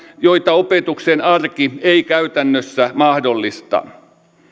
joita opetuksen arki ei käytännössä mahdollista